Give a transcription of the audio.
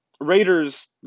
Raiders